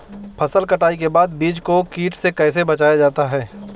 फसल कटाई के बाद बीज को कीट से कैसे बचाया जाता है?